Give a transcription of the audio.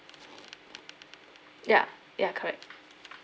ya ya correct